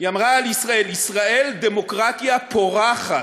ישראל דמוקרטיה פורחת,